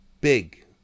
big